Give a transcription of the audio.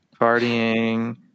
partying